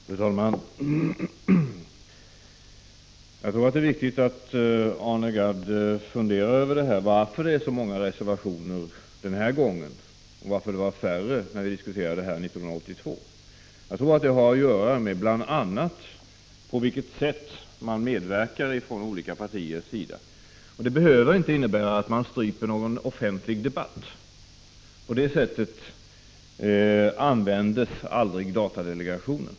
Fru talman! Jag tror att det är viktigt att Arne Gadd funderar över varför det är så många reservationer den här gången och varför det var färre när vi diskuterade datapolitiken 1982. Det har, tror jag, att göra med bl.a. på vilket sätt man medverkar från olika partiers sida. Detta behöver inte innebära att man stryper någon offentlig debatt — på det sättet användes aldrig datadelegationen.